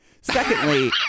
Secondly